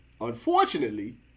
unfortunately